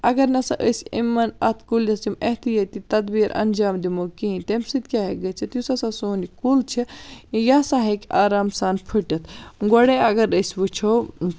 اگر نَسا أسۍ یِمن اتھ کُلِس یِم احتِیٲطی تَدبیٖر اَنجام دِمو کِہیٖنۍ تمہِ سۭتۍ کیاہ ہیٚکہِ گٔژھِتھ یُس ہَسا سون یہِ کُل چھ یہِ ہَسا ہیٚکہِ آرام سان پھٕٹِتھ گۄڈے اگر أسۍ وٕچھو